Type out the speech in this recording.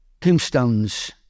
tombstones